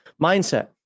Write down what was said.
mindset